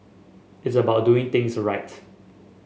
it's about doing things right